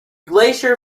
glacier